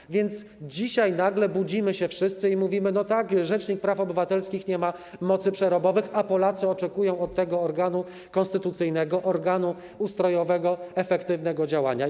Tak więc dzisiaj nagle budzimy się wszyscy i mówimy: No tak, rzecznik praw obywatelskich nie ma mocy przerobowych, a Polacy oczekują od tego organu konstytucyjnego, organu ustrojowego efektywnego działania.